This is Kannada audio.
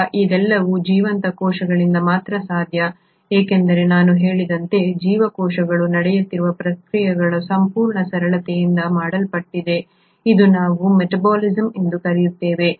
ಈಗ ಇದೆಲ್ಲವೂ ಜೀವಂತ ಕೋಶದಲ್ಲಿ ಮಾತ್ರ ಸಾಧ್ಯ ಏಕೆಂದರೆ ನಾನು ಹೇಳಿದಂತೆ ಜೀವಕೋಶಗಳು ನಡೆಯುತ್ತಿರುವ ಪ್ರತಿಕ್ರಿಯೆಗಳ ಸಂಪೂರ್ಣ ಸರಣಿಯಿಂದ ಮಾಡಲ್ಪಟ್ಟಿದೆ ಇದನ್ನು ನಾವು ಮೆಟಾಬಲಿಸಮ್ ಎಂದು ಕರೆಯುತ್ತೇವೆ